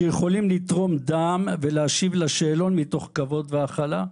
שיכולים לתרום דם ולהשיב לשאלון מתוך כבוד והכלה"?